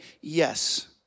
yes